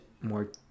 more